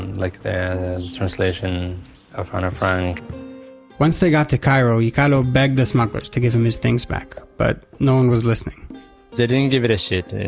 like the translation of anne and frank once they got to cairo, yikealo begged the smugglers to give him his things back. but no one was listening they didn't give it a shit.